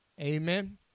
Amen